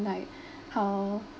like how